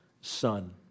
son